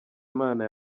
imana